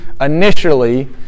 initially